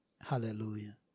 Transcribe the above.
Hallelujah